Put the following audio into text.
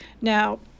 Now